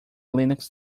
linux